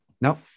No